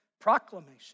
proclamation